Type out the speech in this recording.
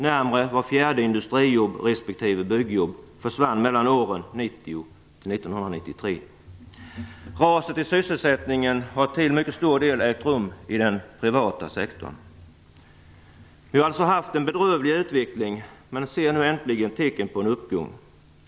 Närmare vart fjärde industrijobb respektive byggjobb försvann mellan åren 1990 och 1993. Raset i sysselsättningen har till mycket stor del ägt rum i den privata sektorn. Vi har alltså haft en bedrövlig utveckling men ser nu äntligen tecken på en uppgång.